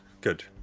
good